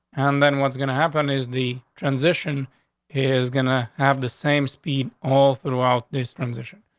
and then what's gonna happen is the transition. he is gonna have the same speed all throughout this transition.